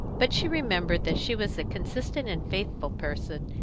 but she remembered that she was a consistent and faithful person,